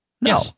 no